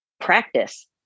practice